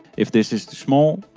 if this is to small,